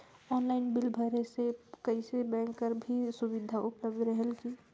Online bill भरे से कइसे बैंक कर भी सुविधा उपलब्ध रेहेल की?